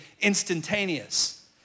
instantaneous